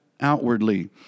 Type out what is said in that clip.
outwardly